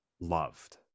loved